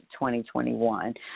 2021